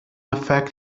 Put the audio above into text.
affect